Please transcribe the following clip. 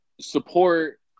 support